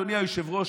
אדוני היושב-ראש,